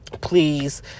please